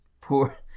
Poor